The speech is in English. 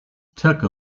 tucker